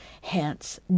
hence